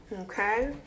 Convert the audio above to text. Okay